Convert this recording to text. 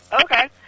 Okay